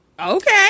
Okay